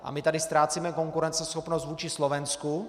A my tady ztrácíme konkurenceschopnost vůči Slovensku.